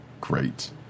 great